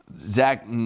Zach